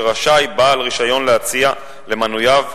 שרשאי בעל רשיון להציע למנוייו,